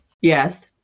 Yes